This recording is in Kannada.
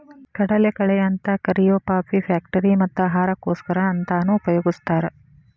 ಕಡಲಕಳೆ ಅಂತ ಕರಿಯೋ ಪಾಚಿ ಫ್ಯಾಕ್ಟರಿ ಮತ್ತ ಆಹಾರಕ್ಕೋಸ್ಕರ ಅಂತಾನೂ ಉಪಯೊಗಸ್ತಾರ